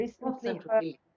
recently